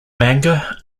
manga